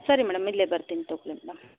ಸರಿ ಮೇಡಂ ಇಲ್ಲೇ ಬರ್ತೀನಿ ತೊಗೊಳಿ ಮೇಡಂ